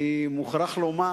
אני מוכרח לומר